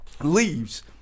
leaves